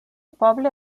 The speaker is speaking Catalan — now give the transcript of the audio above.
poble